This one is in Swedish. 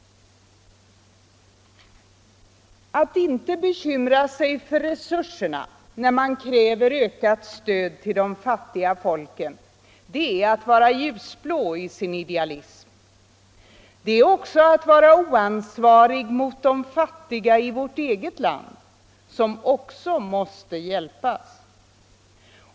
Att inte bekymra sig för resurserna när man kräver ökat stöd till de fattiga folken, det är att vara ljusblå i sin idealism. Det är även att vara oansvarig mot de fattiga i vårt eget land, som också måste hjälpas.